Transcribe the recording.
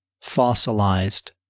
fossilized